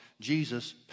Jesus